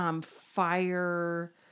fire